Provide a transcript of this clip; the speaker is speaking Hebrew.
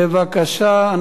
בבקשה.